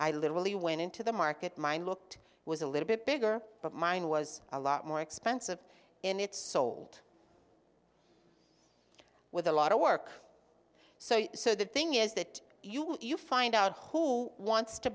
literally went into the market mine looked was a little bit bigger but mine was a lot more expensive and it's sold with a lot of work so you so the thing is that you will you find out who wants to